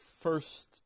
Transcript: first